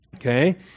Okay